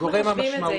איך מחשבים את זה?